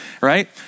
right